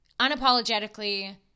unapologetically